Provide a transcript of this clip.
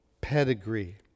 pedigree